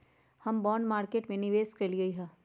हम bond market में निवेश कलियइ ह